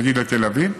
נגיד עד תל אביב,